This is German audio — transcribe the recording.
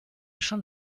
schon